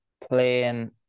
playing